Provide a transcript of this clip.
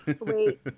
wait